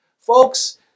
Folks